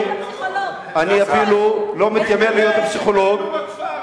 הצעה לסדר, לא חמש דקות, עם כל הכבוד.